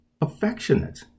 affectionate